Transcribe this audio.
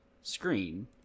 screen